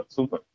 Super